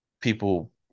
people